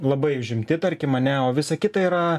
labai užimti tarkim ane o visa kita yra